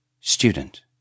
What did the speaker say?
Student